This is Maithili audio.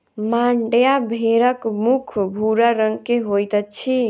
मांड्या भेड़क मुख भूरा रंग के होइत अछि